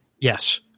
Yes